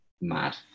Mad